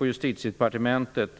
Justitiedepartementet.